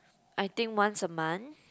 I think once a month